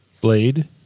Blade